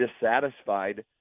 dissatisfied